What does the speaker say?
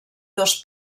dos